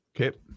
Okay